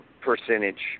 percentage